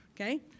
okay